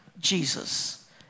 Jesus